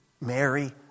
Mary